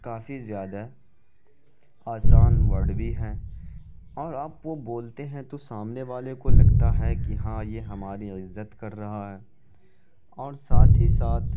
کافی زیادہ آسان ورڈ بھی ہیں اور آپ وہ بولتے ہیں تو سامنے والے کو لگتا ہے کہ ہاں یہ ہماری عزت کر رہا ہے اور ساتھ ہی ساتھ